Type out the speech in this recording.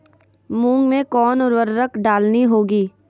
मूंग में कौन उर्वरक डालनी होगी?